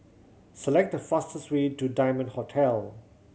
select the fastest way to Diamond Hotel